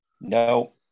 No